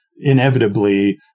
inevitably